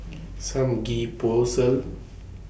Samgeyopsal